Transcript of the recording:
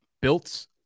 built